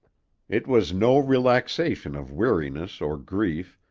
it was no relaxation of weariness or grief,